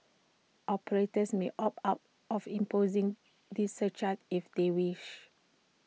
operators may opt out of imposing this surcharge if they wish